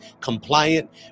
compliant